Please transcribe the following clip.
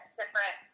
different